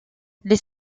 les